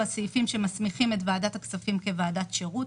הסעיפים שמסמיכים את ועדת הכספים כוועדת שירות.